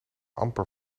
amper